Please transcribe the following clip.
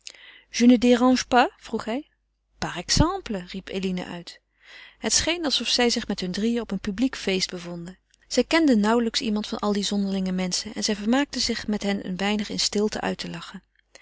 dérange pas vroeg hij par exemple riep eline uit het scheen alsof zij zich met hun drieën op een publiek feest bevonden zij kenden nauwlijks iemand van al die zonderlinge menschen en zij vermaakten zich met hen een weinig in stilte uit te lachen